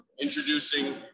introducing